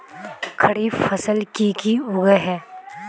खरीफ फसल की की उगैहे?